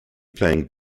playing